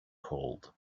cold